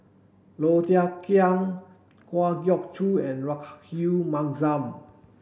Low Thia Khiang Kwa Geok Choo and Rahayu Mahzam